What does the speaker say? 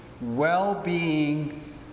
well-being